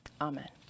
amen